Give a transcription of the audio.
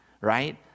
Right